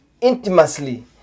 intimately